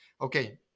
Okay